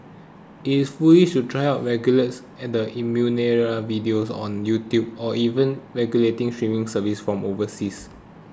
it is foolish to try of regulates and the innumerable videos on YouTube or even regulating streaming services from overseas